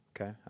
Okay